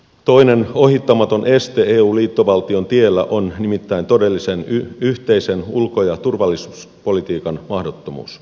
toinen ohittamaton este eu liittovaltion tiellä on nimittäin todellisen yhteisen ulko ja turvallisuuspolitiikan mahdottomuus